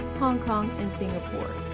hong kong and singapore.